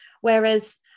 Whereas